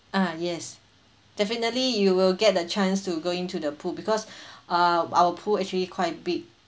ah yes definitely you will get the chance to go into the pool because uh our pool actually quite big